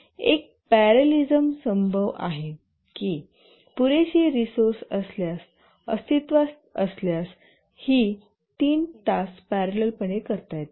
एक प्यारेललिझम संभव आहे की पुरेशी रिसोर्स असल्यास अस्तित्त्वात असल्यास ही तीन टास्क प्यारेलल पणे करता येतात